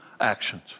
actions